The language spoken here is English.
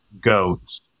goats